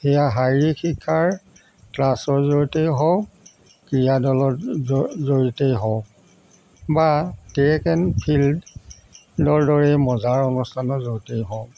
সেয়া শাৰীৰিক শিক্ষাৰ ক্লাছৰ জৰিয়তেই হওক ক্ৰীয়া দলত জৰিয়তেই হওক বা টেক এন ফিল্ডৰ দৰে মজাৰ অনুষ্ঠানৰ জৰিয়তেই হওক